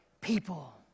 people